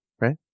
right